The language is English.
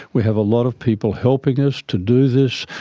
we have a lot of people helping us to do this,